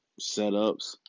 setups